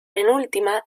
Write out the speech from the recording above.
penúltima